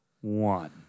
one